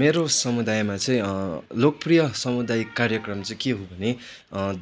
मेरो समुदायमा चाहिँ लोकप्रिय समुदायिक कार्यक्रम चाहिँ के हो भने